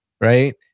right